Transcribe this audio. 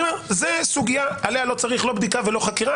זה סוגיה, עליה לא צריך לא בדיקה ולא חקירה.